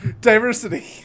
Diversity